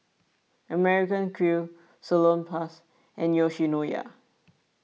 American Crew Salonpas and Yoshinoya